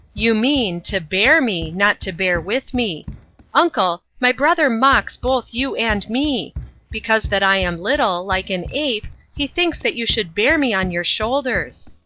you mean, to bear me, not to bear with me uncle, my brother mocks both you and me because that i am little, like an ape, he thinks that you should bear me on your shoulders.